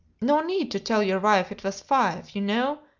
no need to tell your wife it was five, you know!